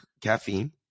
caffeine